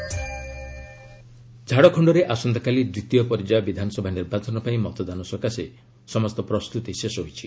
Jharkhand polling ଝାଡଖଣ୍ଡରେ ଆସନ୍ତାକାଲି ଦ୍ୱିତୀୟ ପର୍ଯ୍ୟାୟ ବିଧାନସଭା ନିର୍ବାଚନ ପାଇଁ ମତଦାନ ସକାଶେ ସମସ୍ତ ପ୍ରସ୍ତୁତି ଶେଷ ହୋଇଛି